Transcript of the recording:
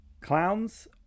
Clowns